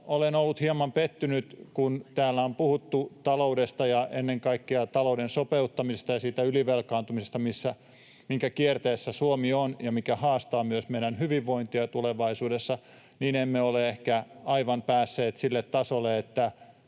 olen ollut hieman pettynyt, että kun täällä on puhuttu taloudesta ja ennen kaikkea talouden sopeuttamisesta ja siitä ylivelkaantumisesta, minkä kierteessä Suomi on ja mikä haastaa myös meidän hyvinvointia tulevaisuudessa, emme ole ehkä aivan päässeet sille tasolle, että